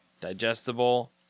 digestible